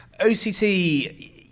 OCT